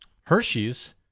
Hershey's